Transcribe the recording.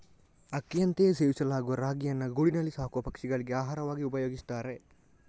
ಅಕ್ಕಿಯಂತೆಯೇ ಸೇವಿಸಲಾಗುವ ರಾಗಿಯನ್ನ ಗೂಡಿನಲ್ಲಿ ಸಾಕುವ ಪಕ್ಷಿಗಳಿಗೆ ಆಹಾರವಾಗಿ ಉಪಯೋಗಿಸ್ತಾರೆ